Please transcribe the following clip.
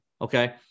okay